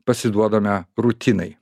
pasiduodame rutinai